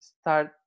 start